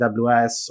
AWS